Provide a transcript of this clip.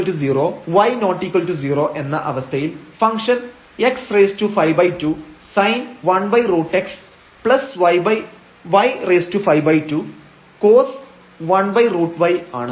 x≠0 y≠0 എന്ന അവസ്ഥയിൽ function x52sin⁡1√xy52cos⁡1√y ആണ്